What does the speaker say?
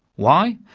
why?